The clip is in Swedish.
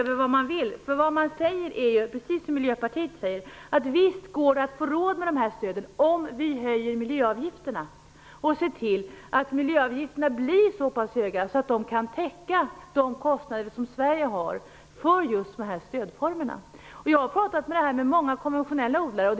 De säger, precis som Miljöpartiet, att visst går det att få råd med de här stöden om vi höjer miljöavgifterna och ser till att de blir så höga att de kan täcka de kostnader som Sverige har för dessa stödformer. Jag har talat med många konventionella odlare om det här.